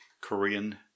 Korean